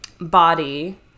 body